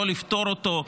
לא לפתור אותו,